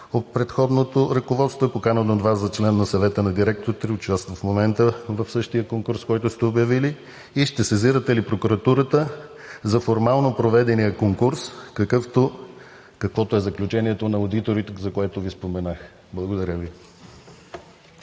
от предходното ръководство, е поканен от Вас за член на Съвета на директорите и участва в момента в същия конкурс, който сте обявили? Ще сезирате ли прокуратурата за формално проведения конкурс, каквото е заключението на одиторите, за което Ви споменах? Благодаря Ви.